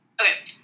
Okay